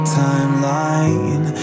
timeline